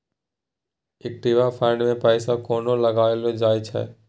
Equity fund मे पैसा कोना लगाओल जाय छै?